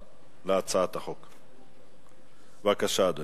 לנו את הצעת החוק חבר הכנסת דוד